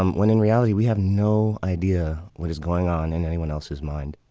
um when in reality we have no idea what is going on in anyone else's mind.